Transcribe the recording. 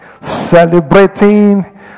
celebrating